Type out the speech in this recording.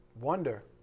wonder